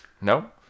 No